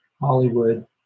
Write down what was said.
Hollywood